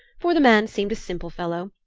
for the man seemed a simple fellow,